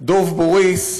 דב בוריס,